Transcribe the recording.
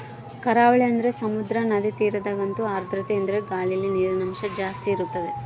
ಕರಾವಳಿ ಅಂದರೆ ಸಮುದ್ರ, ನದಿ ತೀರದಗಂತೂ ಆರ್ದ್ರತೆಯೆಂದರೆ ಗಾಳಿಯಲ್ಲಿ ನೀರಿನಂಶ ಜಾಸ್ತಿ ಇರುತ್ತದೆ